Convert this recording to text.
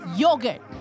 yogurt